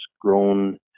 grown